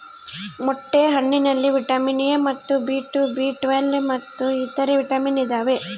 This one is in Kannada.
ಮೊಟ್ಟೆ ಹಣ್ಣಿನಲ್ಲಿ ವಿಟಮಿನ್ ಎ ಮತ್ತು ಬಿ ಟು ಬಿ ಟ್ವೇಲ್ವ್ ಮತ್ತು ಇತರೆ ವಿಟಾಮಿನ್ ಇದಾವೆ